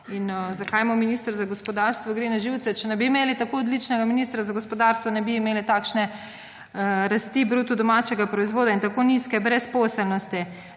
in zakaj mu minister za gospodarstvo gre na živce. Če ne bi imeli tako odličnega ministra za gospodarstvo, ne bi imeli takšne rasti bruto domačega proizvoda in tako nizke brezposelnosti.